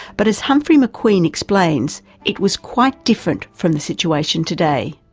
but as humphrey mcqueen explains, it was quite different from the situation today.